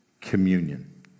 communion